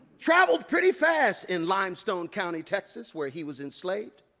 traveled pretty fast in limestone county, texas where he was enslaved.